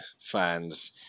fans